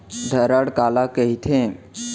धरण काला कहिथे?